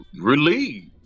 relieved